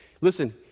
Listen